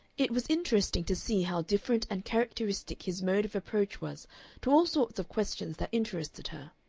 it was interesting to see how different and characteristic his mode of approach was to all sorts of questions that interested her,